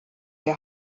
der